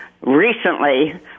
recently